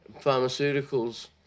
pharmaceuticals